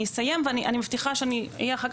אני אסיים ואני מבטיחה שאני אהיה אחר